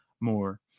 more